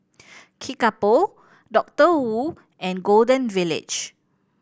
Kickapoo Doctor Wu and Golden Village